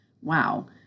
Wow